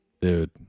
Dude